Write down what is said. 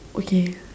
okay